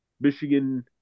Michigan